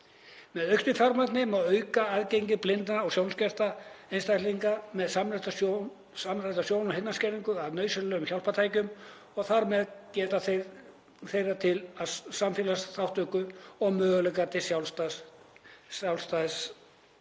Með auknu fjármagni má auka aðgengi blindra, sjónskertra og einstaklinga með samþætta sjón- og heyrnarskerðingu að nauðsynlegum hjálpartækjum og þar með getu þeirra til samfélagsþátttöku og möguleika til sjálfstæðis